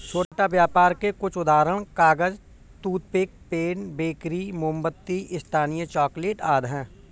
छोटा व्यापर के कुछ उदाहरण कागज, टूथपिक, पेन, बेकरी, मोमबत्ती, स्थानीय चॉकलेट आदि हैं